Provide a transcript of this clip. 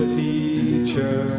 teacher